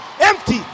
Empty